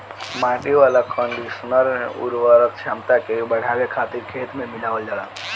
माटी वाला कंडीशनर उर्वरक क्षमता के बढ़ावे खातिर खेत में मिलावल जाला